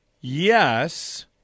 Yes